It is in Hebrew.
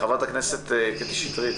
חברת הכנסת קטי שטרית,